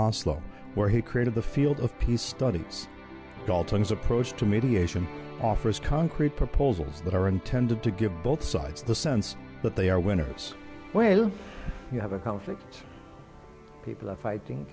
onslow where he created the field of peace studies dalton's approach to mediation offers concrete proposals that are intended to give both sides the sense that they are winners where you have a conflict people are fighting